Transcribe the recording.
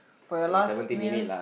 for your last meal